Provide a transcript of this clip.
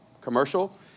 commercial